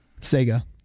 Sega